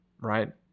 right